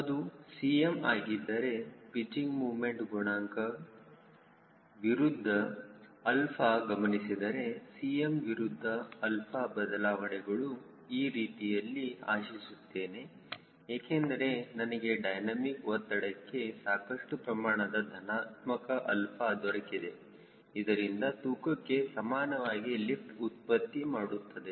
ಅದು Cm ಆಗಿದ್ದರೆ pitching moment ಗುಣಾಂಕ ವಿರುದ್ಧ ಅಲ್ಪ ಗಮನಿಸಿದರೆ Cm ವಿರುದ್ಧ 𝛼 ಬದಲಾವಣೆಗಳು ಈ ರೀತಿಯಲ್ಲಿ ಆಶಿಸುತ್ತೇನೆ ಏಕೆಂದರೆ ನನಗೆ ಡೈನಮಿಕ್ ಒತ್ತಡಕ್ಕೆ ಸಾಕಷ್ಟು ಪ್ರಮಾಣದ ಧನಾತ್ಮಕ 𝛼 ದೊರಕಿದೆ ಇದರಿಂದ ತೂಕಕ್ಕೆ ಸಮಾನವಾಗಿ ಲಿಫ್ಟ್ ಉತ್ಪತ್ತಿಮಾಡುತ್ತದೆ